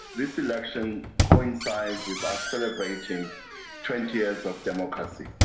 this election coincides with us celebrating twenty years of democracy.